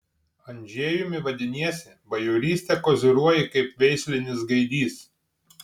andžejumi vadiniesi bajoryste koziriuoji kaip veislinis gaidys